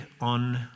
on